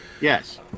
Yes